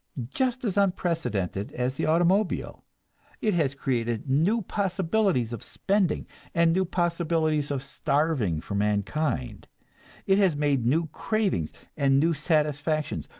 just as unprecedented as the automobile it has created new possibilities of spending and new possibilities of starving for mankind it has made new cravings and new satisfactions,